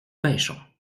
pêchons